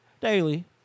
daily